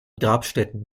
grabstätten